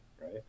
right